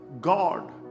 God